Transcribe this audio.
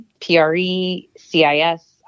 P-R-E-C-I-S